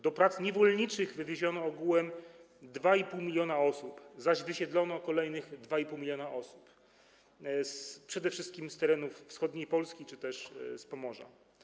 Do prac niewolniczych wywieziono ogółem 2,5 mln osób, zaś wysiedlono kolejne 2,5 mln osób, przede wszystkim z terenów wschodniej Polski czy też z Pomorza.